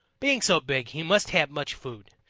being so big, he must have much food.